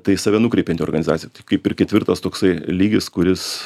tai save nukreipianti organizacija tai kaip ir ketvirtas toksai lygis kuris